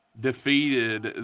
defeated